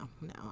No